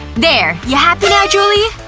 there, you happy now, julie?